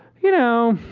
you know.